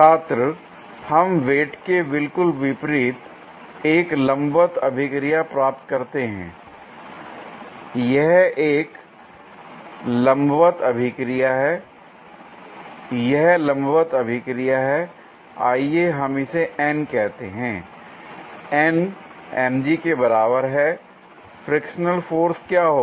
छात्र हम वेट के बिल्कुल विपरीत एक लंबवत अभिक्रिया प्राप्त करते हैं l यह एक लंबवत अभिक्रिया है यह लंबवत अभिक्रिया है आइए हम इसे N कहते हैं l N mg के बराबर हैl फ्रिक्शनल फोर्स क्या होगी